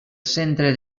centre